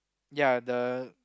ya the